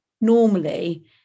normally